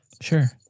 sure